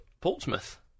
Portsmouth